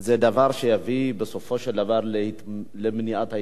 זה דבר שיביא בסופו של דבר למניעת ההתבוללות.